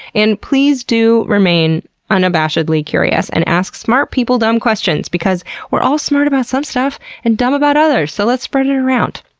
and, please do remain unabashedly curious and ask smart people dumb questions, because we're all smart about some stuff and dumb about others so let's spread it around.